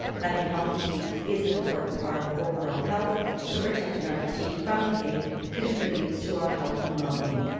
having healthy teeth is an important part of overall health so protecting our teeth from decay contributes to our health and well being.